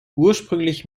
ursprünglich